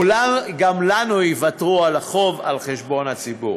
אולי גם לנו יוותרו על החוב על חשבון הציבור.